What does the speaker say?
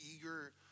eager